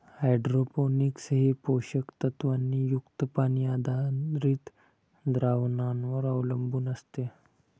hydroponics हे पोषक तत्वांनी युक्त पाणी आधारित द्रावणांवर अवलंबून असते